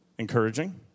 Encouraging